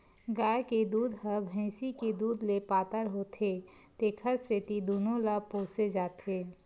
गाय के दूद ह भइसी के दूद ले पातर होथे तेखर सेती दूनो ल पोसे जाथे